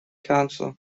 cancer